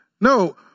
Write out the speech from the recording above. No